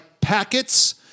packets